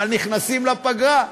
אבל נכנסים לפגרה,